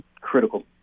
critical